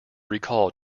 recalled